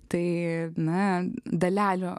tai na dalelių